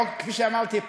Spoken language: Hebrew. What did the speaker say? כפי שאמרתי,